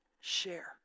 share